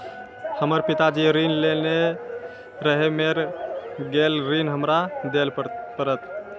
हमर पिताजी ऋण लेने रहे मेर गेल ऋण हमरा देल पड़त?